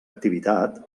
activitat